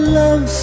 love